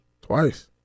Twice